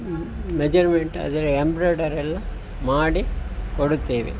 ಮ್ measurement ಅದರ ಎಂಬ್ರಾಡರೆಲ್ಲ ಮಾಡಿಕೊಡುತ್ತೇವೆ